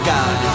God